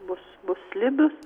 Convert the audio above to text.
bus bus slidūs